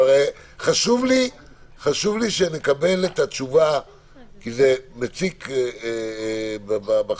חשוב לי שנקבל את התשובה כי זה מציק בחשיבה.